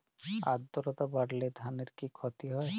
আদ্রর্তা বাড়লে ধানের কি ক্ষতি হয়?